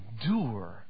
endure